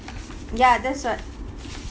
ya that's what